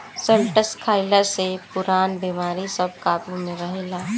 शैलटस खइला से पुरान बेमारी सब काबु में रहेला